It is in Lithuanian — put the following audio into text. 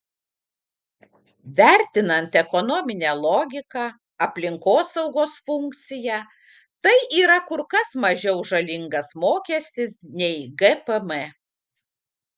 vertinant ekonominę logiką aplinkosaugos funkciją tai yra kur kas mažiau žalingas mokestis nei gpm